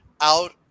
out